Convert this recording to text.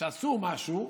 שעשו משהו,